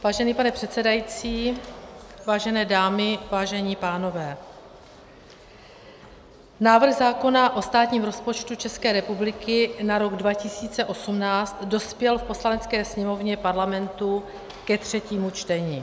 Vážený pane předsedající, vážené dámy, vážení pánové, návrh zákona o státním rozpočtu České republiky na rok 2018 dospěl v Poslanecké sněmovně Parlamentu ke třetímu čtení.